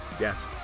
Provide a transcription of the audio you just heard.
Yes